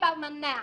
היבא מניע.